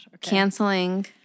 Canceling